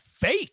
fake